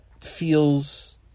feels